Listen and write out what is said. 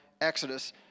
Exodus